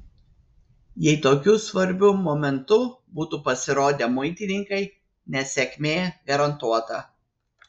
jei tokiu svarbiu momentu būtų pasirodę muitininkai nesėkmė garantuota